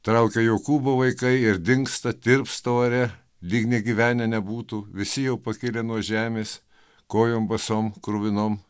traukia jokūbo vaikai ir dingsta tirpsta ore lyg negyvenę nebūtų visi jau pakilę nuo žemės kojom basom kruvinom